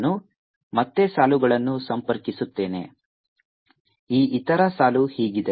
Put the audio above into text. ನಾನು ಮತ್ತೆ ಸಾಲುಗಳನ್ನು ಸಂಪರ್ಕಿಸುತ್ತೇನೆ ಈ ಇತರ ಸಾಲು ಹೀಗಿದೆ